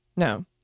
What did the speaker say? No